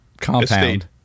compound